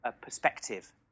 perspective